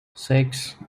six